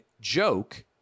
joke